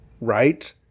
Right